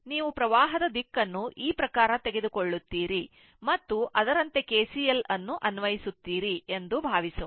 ನೀವು ವಿದ್ಯುತ್ ಪ್ರವಾಹದ ದಿಕ್ಕನ್ನು ಈ ಪ್ರಕಾರ ತೆಗೆದುಕೊಳ್ಳುತ್ತೀರಿ ಮತ್ತು ಅದರಂತೆ KCL ಅನ್ನು ಅನ್ವಯಿಸುತ್ತೀರಿ ಎಂದು ಭಾವಿಸೋಣ